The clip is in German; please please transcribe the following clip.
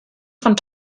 von